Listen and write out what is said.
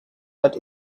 but